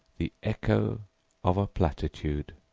the echo of a platitude.